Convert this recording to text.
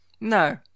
no